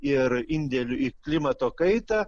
ir indėliu į klimato kaitą